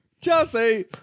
Chelsea